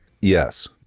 Yes